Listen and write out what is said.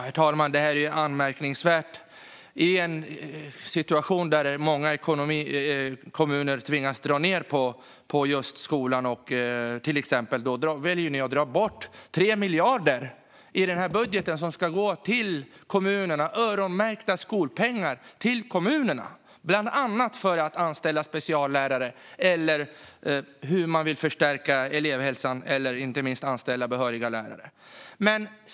Herr talman! Det här är anmärkningsvärt. I en situation där många kommuner tvingas dra ned på till exempel just skolan väljer Sverigedemokraterna att i den här budgeten dra bort 3 miljarder som ska gå till kommunerna. Det är öronmärkta skolpengar till kommunerna, bland annat för att anställa speciallärare, förstärka elevhälsan och inte minst anställa behöriga lärare. Herr talman!